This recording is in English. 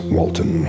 Walton